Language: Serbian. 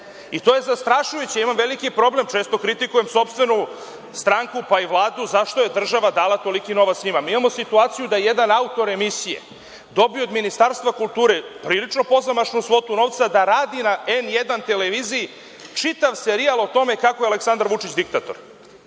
I to je zastrašujuće. Imamo veliki problem. Često kritikujem sopstvenu stranku, pa i Vladu, zašto je država dala toliki novac njima? Mi imamo situaciju da je jedan autor emisije dobio od Ministarstva kulture prilično pozamašnu svotu novca da radi na N1 televiziji čitav serijal o tome kako je Aleksandar Vučić diktator. Ja